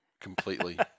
completely